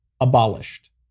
abolished